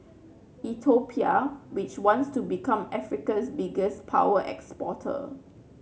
Ethiopia which wants to become Africa's biggest power exporter